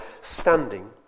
standing